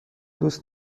دوست